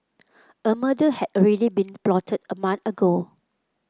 a murder had already been plotted a month ago